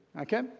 Okay